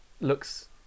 looks